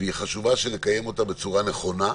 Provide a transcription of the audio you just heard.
וחשוב שנקיים אותה בצורה נכונה.